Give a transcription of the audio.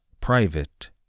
private